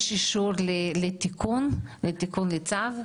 יש אישור לתיקון לצו.